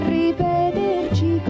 ripeterci